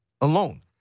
alone